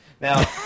now